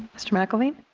mr. mcelveen.